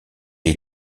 est